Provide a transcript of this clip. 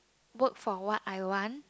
work for what I want